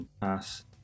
pass